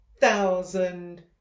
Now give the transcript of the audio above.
thousand